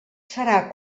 serà